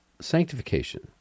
sanctification